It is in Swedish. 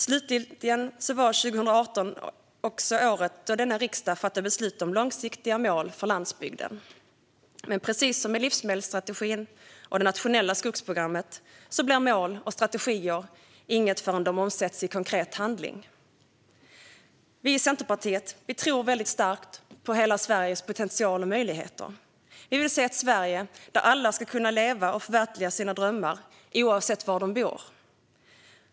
Slutligen var 2018 också året då denna riksdag fattade beslut om långsiktiga mål för landsbygden. Men precis som med livsmedelsstrategin och det nationella skogsprogrammet är mål och strategier ingenting innan de omsätts i konkret handling. Vi i Centerpartiet tror starkt på hela Sveriges potential och möjligheter. Vi vill se ett Sverige där alla kan leva och förverkliga sina drömmar oavsett var de bor.